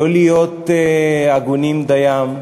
לא להיות הגונים דיים,